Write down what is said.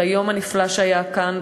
על היום הנפלא שהיה כאן,